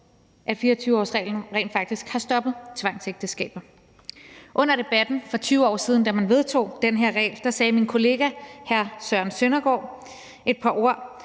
at 24-årsreglen rent faktisk har stoppet tvangsægteskaber. Under debatten for 20 år siden, da man vedtog den her regel, sagde min kollega hr. Søren Søndergaard et par ord,